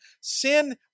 Sin